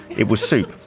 it was soup,